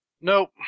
Nope